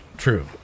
True